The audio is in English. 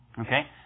Okay